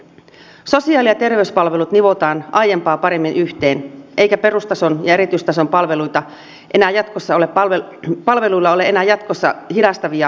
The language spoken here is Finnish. sosiaali ja terveyspalvelut nivotaan aiempaa paremmin yhteen eikä perustason ja erityistason palveluilla ole enää jatkossa hidastavia raja aitoja